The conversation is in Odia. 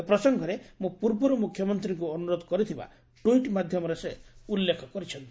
ଏ ପ୍ରସଙ୍ଗରେ ମୁଁ ପୂର୍ବରୁ ମୁଖ୍ୟମନ୍ତୀଙ୍କୁ ଅନୁରୋଧ କରିଥିବା ଟୁଇଟ୍ ମାଧ୍ଧମରେ ସେ ଉଲ୍କୁଖ କରିଛନ୍ତି